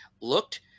looked